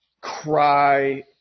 cry